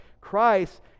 Christ